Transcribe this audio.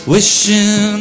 Wishing